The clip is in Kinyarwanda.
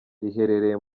riherereye